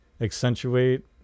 accentuate